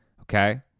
Okay